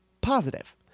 positive